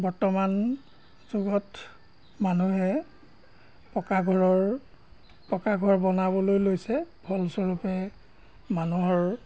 বৰ্তমান যুগত মানুহে পকা ঘৰৰ পকা ঘৰ বনাবলৈ লৈছে ফলস্বৰূপে মানুহৰ